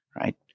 right